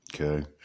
Okay